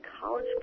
college